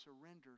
surrender